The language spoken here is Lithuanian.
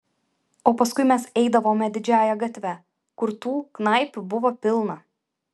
o paskui mes eidavome didžiąja gatve kur tų knaipių buvo pilna